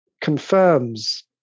confirms